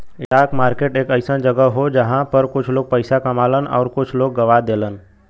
stock market एक अइसन जगह हौ जहां पर कुछ लोग पइसा कमालन आउर कुछ लोग गवा देलन